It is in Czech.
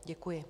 Děkuji.